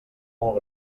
molt